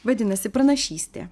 vadinasi pranašystė